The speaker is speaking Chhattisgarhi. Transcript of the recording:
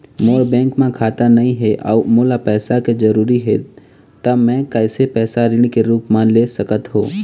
मोर बैंक म खाता नई हे अउ मोला पैसा के जरूरी हे त मे कैसे पैसा ऋण के रूप म ले सकत हो?